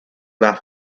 laugh